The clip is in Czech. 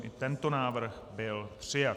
I tento návrh byl přijat.